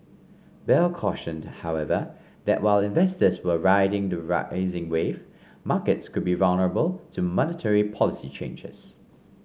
bell cautioned however that while investors were riding the rising wave markets could be vulnerable to monetary policy changes